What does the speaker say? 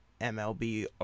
MLB